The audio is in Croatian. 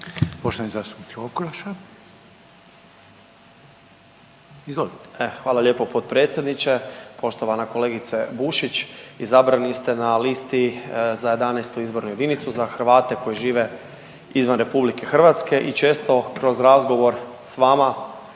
Tomislav (HDZ)** Hvala lijepo potpredsjedniče. Poštovana kolegice Bušić izabrani ste na listi za 11. izbornu jedinicu za Hrvate koji žive izvan RH i često kroz razgovor s vama